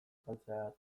galtzegatik